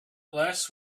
glass